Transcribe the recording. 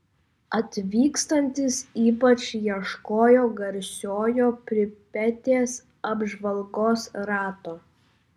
atvykstantys ypač ieškojo garsiojo pripetės apžvalgos rato